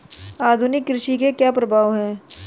आधुनिक कृषि के क्या प्रभाव हैं?